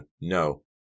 No